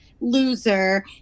loser